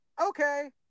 Okay